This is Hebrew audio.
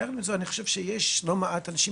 יחד עם זאת אני חושב שיש לא מעט אנשים